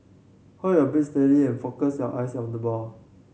hold your beat steady and focus your eyes on the ball